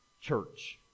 church